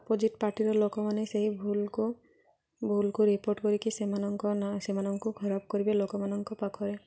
opposite ପାର୍ଟିର ଲୋକମାନେ ସେଇ ଭୁଲ୍କୁ ଭୁଲ୍କୁ ରିପୋର୍ଟ୍ କରିକି ସେମାନଙ୍କ ନା ସେମାନଙ୍କୁ ଖରାପ କରିବେ ଲୋକମାନଙ୍କ ପାଖରେ